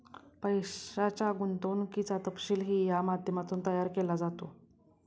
पैशाच्या गुंतवणुकीचा तपशीलही या माध्यमातून तयार केला जातो